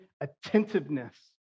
attentiveness